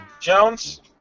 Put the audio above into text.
Jones